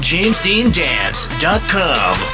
JamesDeanDance.com